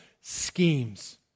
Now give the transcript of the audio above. schemes